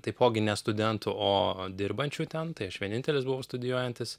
taipogi ne studentų o dirbančių ten tai aš vienintelis buvau studijuojantis